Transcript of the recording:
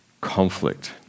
conflict